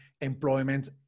employment